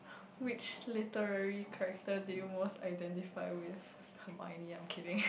which literary character do you most identify with Hermoine I'm kidding